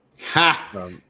Ha